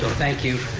so thank you.